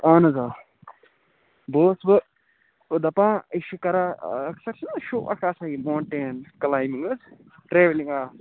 اَہَن حظ آ بہٕ اوسُس وٕ دپان یہِ چھِ کران اکثر چھُنہٕ شو اَکھ آسان یہِ موٹین کٔلیمِنٛگ حظ ٹریولِنٛگ